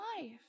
life